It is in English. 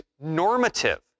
normative